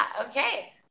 Okay